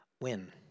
win